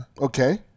Okay